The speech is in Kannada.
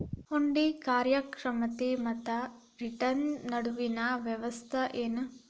ಹೂಡ್ಕಿ ಕಾರ್ಯಕ್ಷಮತೆ ಮತ್ತ ರಿಟರ್ನ್ ನಡುವಿನ್ ವ್ಯತ್ಯಾಸ ಏನು?